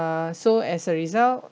so as a result